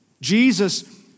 Jesus